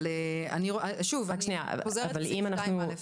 אני חוזרת ל-2(א).